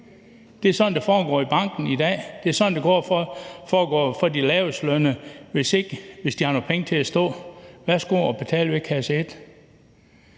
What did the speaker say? Det er sådan, det foregår i banken i dag. Det er sådan, det foregår for de lavestlønnede, hvis de har nogle penge stående – værsgo at betale ved kasse et.